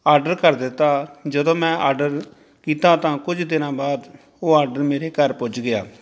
order ਕਰ ਦਿੱਤਾ ਜਦੋਂ ਮੈਂ ਆਡਰ ਕੀਤਾ ਤਾਂ ਕੁਝ ਦਿਨਾਂ ਬਾਅਦ ਉਹ ਆਡਰ ਮੇਰੇ ਘਰ ਪੁੱਜ ਗਿਆ